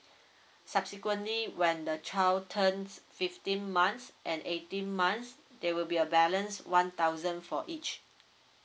subsequently when the child turns fifteen months and eighteen months there will be a balance one thousand for each